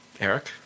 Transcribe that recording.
Eric